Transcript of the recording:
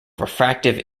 refractive